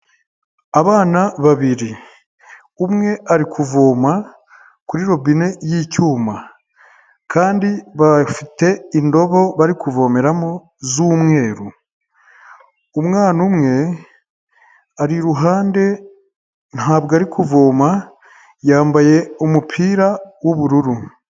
Abana babiri umwe ari kuvoma kuri robine y'icyuma kandi bafite indobo bari kuvomeramo z'umweru, umwana umwe ari iruhande ntabwo ari kuvoma yambaye umupira w'ubururu.